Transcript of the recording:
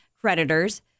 creditors